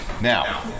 now